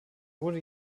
wurde